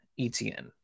ETN